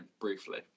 briefly